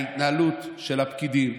ההתנהלות של הפקידים,